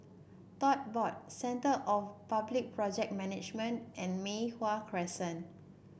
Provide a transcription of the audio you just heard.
Tote Board Centre for Public Project Management and Mei Hwan Crescent